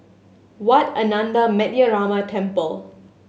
Wat Ananda Metyarama Temple